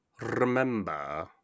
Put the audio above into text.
remember